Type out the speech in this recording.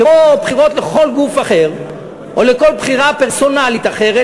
כמו בחירות לכל גוף אחר או כל בחירה פרסונלית אחרת,